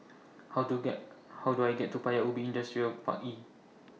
How Do How Do I get to Paya Ubi Industrial Park E